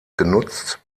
genutzt